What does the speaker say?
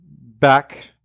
back